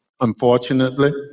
Unfortunately